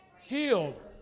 Healed